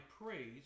praise